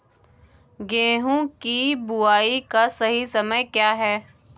गेहूँ की बुआई का सही समय क्या है?